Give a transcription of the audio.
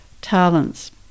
talents